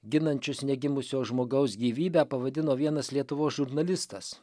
ginančius negimusio žmogaus gyvybę pavadino vienas lietuvos žurnalistas